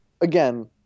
again